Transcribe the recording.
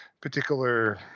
particular